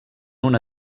una